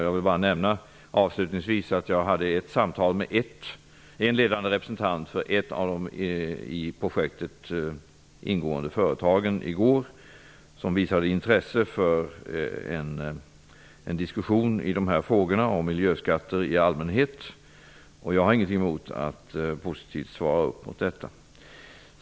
Jag vill bara nämna att jag i går hade ett samtal med en ledande representant för ett av de i projektet ingående företagen, som visade intresse för en diskussion om de här frågorna och om miljöskatter i allmänhet. Jag har ingenting emot att positivt svara upp mot detta.